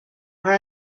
are